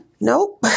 Nope